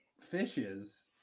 fishes